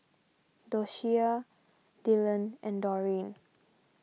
Doshia Dyllan and Dorine